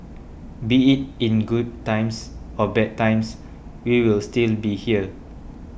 be it in good times or bad times we will still be here